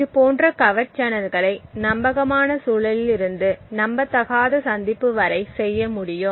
இதுபோன்ற கவர்ட் சேனல்களை நம்பகமான சூழலில் இருந்து நம்பத்தகாத சந்திப்பு வரை செய்ய முடியும்